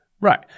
Right